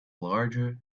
larger